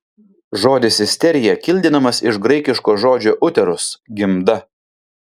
žodis isterija kildinamas iš graikiško žodžio uterus gimda